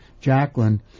Jacqueline